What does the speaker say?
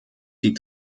die